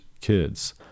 kids